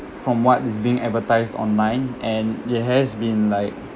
from what is being advertised online and it has been like